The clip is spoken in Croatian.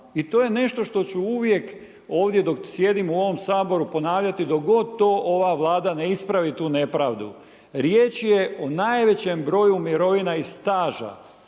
I to je nešto što ću uvijek ovdje dok sjedim u ovom Saboru, ponavljati, dok god to ova Vlada ne ispravi tu nepravdu. Riječ je o najvećem broju mirovina i staža